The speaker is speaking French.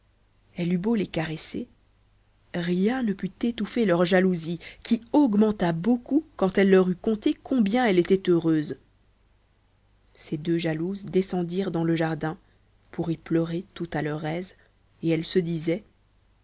elle eut beau les caresser rien ne put étouffer leur jalousie qui augmenta beaucoup quand elle leur eut conté combien elle était heureuse ces deux jalouses descendirent dans le jardin pour y pleurer tout à leur aise et elles se disaient